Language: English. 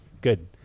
Good